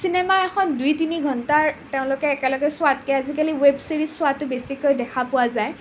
cinema এখন দুই তিনি ঘণ্টাৰ তেওঁলোকে একেলগে চোৱাতকৈ আজিকালি ৱেব ছিৰিজ চোৱাতো বেছিকৈ দেখা পোৱা যায়